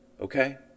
Okay